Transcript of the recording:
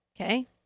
okay